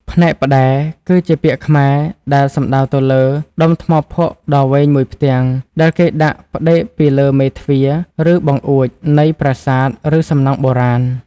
ផ្នែកផ្តែរ គឺជាពាក្យខ្មែរដែលសំដៅទៅលើ ដុំថ្មភក់ដ៏វែងមួយផ្ទាំង ដែលគេដាក់ផ្ដេកពីលើមេទ្វារ ឬបង្អួច នៃប្រាសាទ ឬសំណង់បុរាណ។